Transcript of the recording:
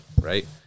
right